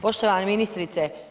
Poštovana ministrice.